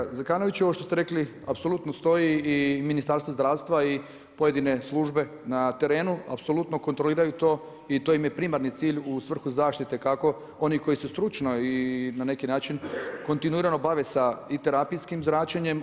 Poštovani kolega Zekanoviću, ovo što ste rekli apsolutno stoji i Ministarstvo zdravstva i pojedine službe na terenu apsolutno kontroliraju to i to im je primarni cilj u svrhu zaštite kako onih koji su stručno i na neki način kontinuirano bave sa i terapijskim zračenjem.